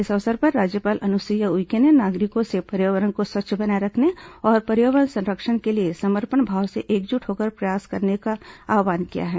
इस अवसर पर राज्यपाल अनुसुईया उइके ने नागरिकों से पर्यावरण को स्वच्छ बनाए रखने और पर्यावरण संरक्षण के लिए समर्पण भाव से एकजुट होकर प्रयास करने का आव्हान किया है